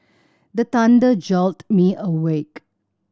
the thunder jolt me awake